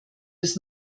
des